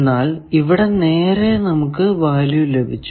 എന്നാൽ ഇവിടെ നേരെ നമുക്ക് വാല്യൂ ലഭിച്ചു